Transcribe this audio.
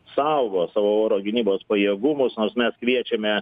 saugo savo oro gynybos pajėgumus nors mes kviečiame